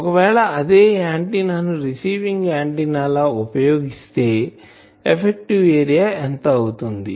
ఒకవేళ అదే ఆంటిన్నాను రిసీవింగ్ ఆంటిన్నా లాగా ఉపయోగిస్తే ఎఫెక్టివ్ ఏరియా ఎంత అవుతుంది